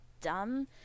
dumb